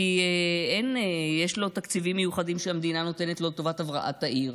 כי יש לו תקציבים מיוחדים שהמדינה נותנת לטובת הבראת העיר.